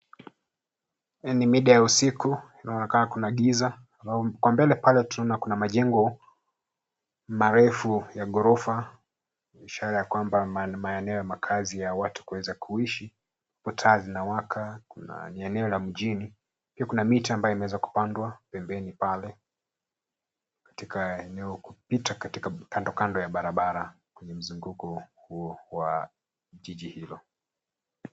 Hii ni mida ya usiku inaonekana kuwa kuna giza na kwa mbele tunaona kuna majengo marefu ya ghorofa ishara ya kwamba maeneo ya makazi ya watu kuweza kuishi. Mataa zinawaka, kuna eneo la mjini. Kuna miti ambayo imeweza kupandwa, pembeni pale katika kando kando ya barabara kwenye mzunguku wa jiji hilo.